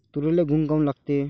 तुरीले घुंग काऊन लागते?